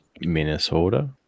Minnesota